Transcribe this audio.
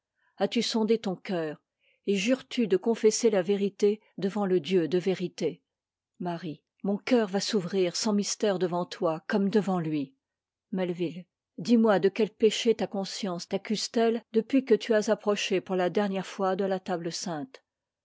as-tu sondé ton cœur et jures tu de confesser la vérité devant le dieu de vérité marie mon coeur va s'ouvrir sans mystère devant toi comme devant lui melvil melvil dis-moi de quel péché ta conscience taccuset eiïe depuis que tu as approché pour la der nière fois de la table